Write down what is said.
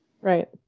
Right